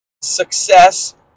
success